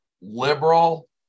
liberal